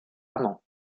amant